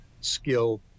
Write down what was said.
skill